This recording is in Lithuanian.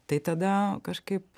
tai tada kažkaip